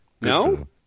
No